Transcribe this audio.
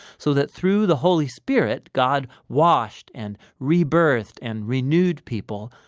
so that through the holy spirit, god washed, and rebirthed and renewed people.